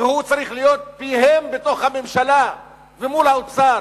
והוא צריך להיות פיהם בתוך הממשלה ומול האוצר.